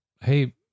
hey